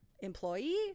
employee